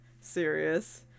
serious